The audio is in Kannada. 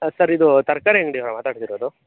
ಸರ್ ಇದು ತರಕಾರಿ ಅಂಗಡಿಯವ್ರ ಮಾತಾಡ್ತಿರೋದು